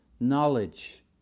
knowledge